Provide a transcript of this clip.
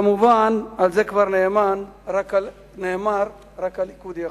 וכמובן, על זה כבר נאמר: רק הליכוד יכול.